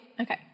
Okay